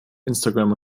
instagram